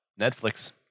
Netflix